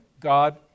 God